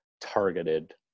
targeted